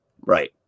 Right